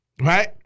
Right